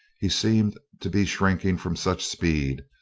he seemed to be shrinking from such speed,